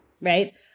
right